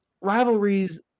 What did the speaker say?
rivalries